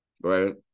right